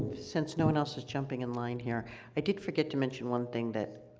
since no one else is jumping in line here i did forget to mention one thing that,